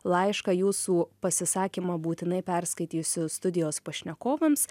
laišką jūsų pasisakymą būtinai perskaitysiu studijos pašnekovams